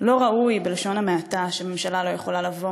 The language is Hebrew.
לא ראוי, בלשון המעטה, שממשלה לא יכולה לבוא